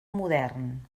modern